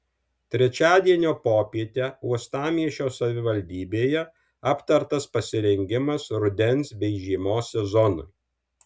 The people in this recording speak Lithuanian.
trečiadienio popietę uostamiesčio savivaldybėje aptartas pasirengimas rudens bei žiemos sezonui